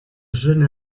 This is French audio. jeune